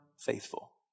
faithful